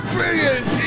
Brilliant